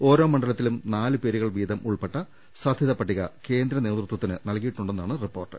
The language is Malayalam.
ഓരോ മണ്ഡലത്തിലും നാല് പേരുകൾ വീതം ഉൾപ്പെട്ട സാധ്യതാ പട്ടിക കേന്ദ്ര നേതൃത്വത്തിന് നൽകിയിട്ടുണ്ടെന്നാണ് റിപ്പോർട്ട്